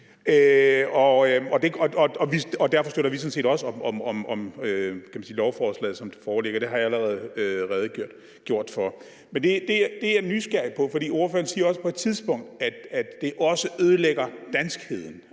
Derfor støtter vi også lovforslaget, som det foreligger. Det har jeg allerede redegjort for. Ordføreren siger på et tidspunkt, at det også ødelægger danskheden,